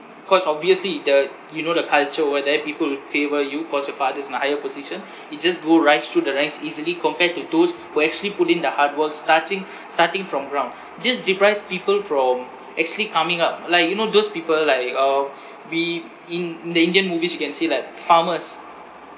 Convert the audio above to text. cause obviously the you know the culture over there people will favour you cause your father's in a higher position he just go rise through the ranks easily compared to those who actually put in the hardwork starting starting from ground this deprives people from actually coming up like you know those people like uh we in in the indian movies you can see like farmers